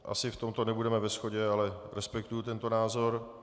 Asi v tomto nebudeme ve shodě, ale respektuji tento názor.